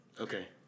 Okay